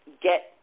get